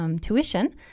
tuition